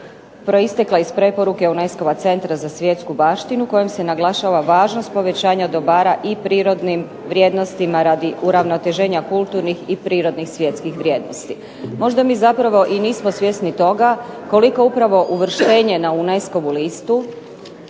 proistekla iz preporuke UNESCO-ova Centra za svjetsku baštinu kojom se naglašava važnost povećanje dobara i prirodnim vrijednostima radi uravnoteženja prirodnih i kulturni svjetskih vrijednosti. Možda mi zapravo i nismo svjesni toga koliko upravo uvrštenje na UNESCO-ovu listu